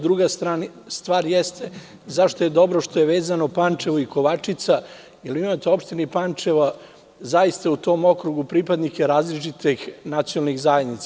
Druga stvar jeste zašto je dobro što je vezano Pančevo i Kovačica, jer imate u opštini Pančevo, u tom okrugu, pripadnike različitih nacionalnih zajednica.